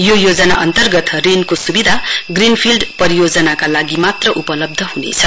यो योजना अन्तर्गत ऋणको स्विधा ग्रीनफिल्ड परियोजनाका लागि मात्र उपलब्ध हनेछ